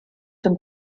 zum